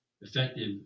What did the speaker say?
effective